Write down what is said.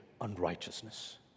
unrighteousness